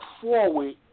forward